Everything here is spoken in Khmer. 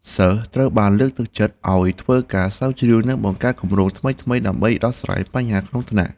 សិស្សត្រូវបានលើកទឹកចិត្តឱ្យធ្វើការស្រាវជ្រាវនិងបង្កើតគម្រោងថ្មីៗដើម្បីដោះស្រាយបញ្ហាក្នុងថ្នាក់។